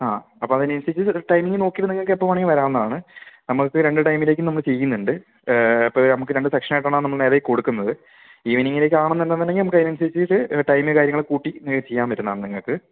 ആ അപ്പം അതിനനുസരിച്ച് ടൈമിങ് നോക്കിയിരുന്നിട്ട് എപ്പം വേണമെങ്കിലും വരാവുന്നതാണ് നമുക്ക് രണ്ട് ടൈമിലേക്കും നമ്മൾ ചെയ്യുന്നുണ്ട് അപ്പം നമുക്ക് രണ്ട് സെക്ഷനാക്കാനാണ് നമ്മൾ കൊടുക്കുന്നത് ഈവനിംഗിലേക്ക് ആണെന്നുണ്ടെന്നുണ്ടങ്കിൽ നമുക്ക് അതിനനുസരിച്ചിട്ട് ടൈമ് കാര്യങ്ങളൊക്കെ കൂട്ടി ഇങ്ങനെ ചെയ്യാൻ പറ്റുന്നതാണ് നിങ്ങൾക്ക്